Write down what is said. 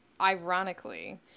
ironically